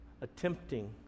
attempting